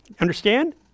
understand